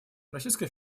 российская